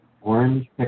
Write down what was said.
Orange